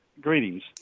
Greetings